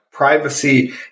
Privacy